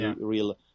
real